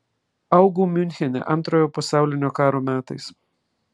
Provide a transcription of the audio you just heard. augau miunchene antrojo pasaulinio karo metais